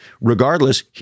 regardless